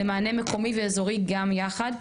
למענה מקומי ואזורי גם יחד.